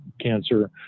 cancer